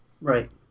Right